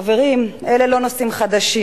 חברים, אלה לא נושאים חדשים.